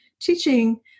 teaching